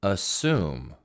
Assume